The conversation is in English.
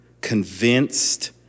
convinced